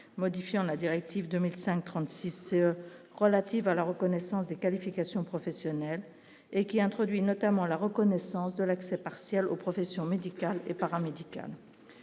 modifiant la directive 2005 36 relative à la reconnaissance des qualifications professionnelles et qui introduit notamment la reconnaissance de l'accès partiel aux professions médicales et paramédicales,